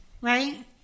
Right